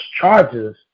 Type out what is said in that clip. charges